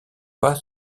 pas